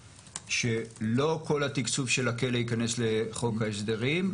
שלא כל התקצוב של הכלא ייכנס לחוק ההסדרים.